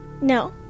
No